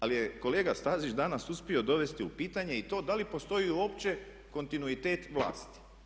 Ali je kolega Stazić danas uspio dovesti u pitanje i to da li postoji uopće kontinuitet vlasti.